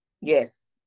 Yes